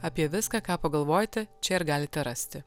apie viską ką pagalvojate čia ir galite rasti